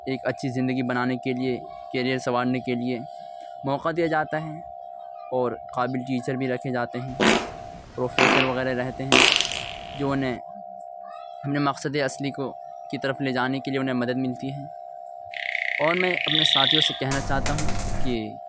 ایک اچھی زندگی بنانے کے لیے کیریئر سنوارنے کے لیے موقع دیا جاتا ہے اور قابل ٹیچر بھی رکھے جاتے ہیں پروفیسر وغیرہ رہتے ہیں جو انہیں ہم نے مقصد اصلی کو کی طرف لے جانے کے لیے انہیں مدد ملتی ہے اور میں اپنے ساتھیو سے کہنا چاہتا ہوں کہ